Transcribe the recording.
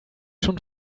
schon